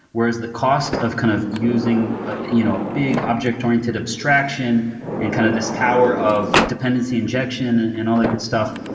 whereas the cost of kind of using a you know big object-oriented abstraction and kind of this tower of dependency injection and and all that good stuff,